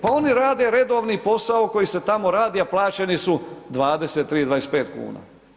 Pa oni rade redovni posao koji se tamo radi, a plaćeni su 23, 25 kuna.